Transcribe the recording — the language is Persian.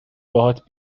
باهات